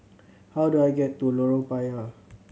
how do I get to Lorong Payah